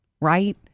Right